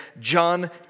John